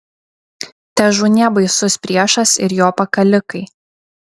težūnie baisus priešas ir jo pakalikai